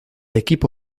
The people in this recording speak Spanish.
equipo